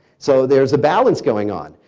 so there's a balance going on.